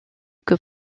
que